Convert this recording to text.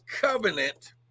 covenant